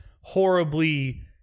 horribly